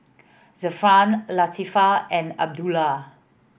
Zafran Latifa and Abdullah